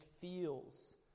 feels